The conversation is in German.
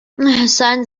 seien